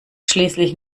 schließlich